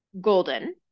Golden